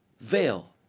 veil